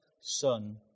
son